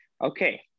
okay